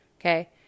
okay